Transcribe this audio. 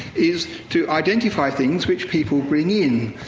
is to identify things which people bring in.